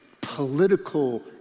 political